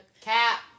Cap